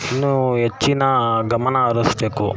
ಇನ್ನೂ ಹೆಚ್ಚಿನ ಗಮನ ಹರಿಸ್ಬೇಕು